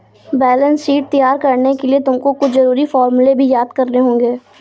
balance sheet तैयार करने के लिए तुमको कुछ जरूरी फॉर्मूले भी याद करने होंगे